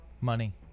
Money